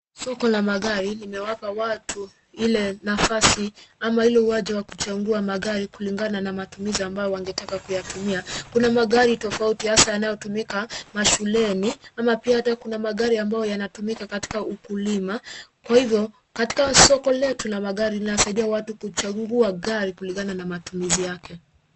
Soko la magari limewapa watu ile nafasi ama ile uwanja ya kuchagua magari kulingana na matumizi ambayo wangetaka kuyatumia. Kuna magari tofauti hasayanayotumika mashuleni ama pia hata kuna magari yanayotumika katika ukulima kwa hivyo, katika soko letu la magari linasaidia watu kuchagua gari kulingana na matumizi yake.